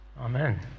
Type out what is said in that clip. Amen